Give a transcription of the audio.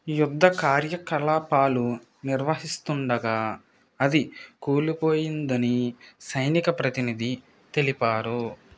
యుద్ధ కార్యకలాపాలు నిర్వహిస్తుండగా అవి కూలిపోయిందని సైనిక ప్రతినిధి తెలిపారు